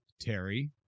Terry